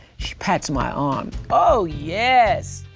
she pats my arm. oh yes,